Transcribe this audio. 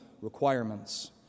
requirements